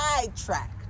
sidetracked